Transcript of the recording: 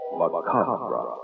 macabre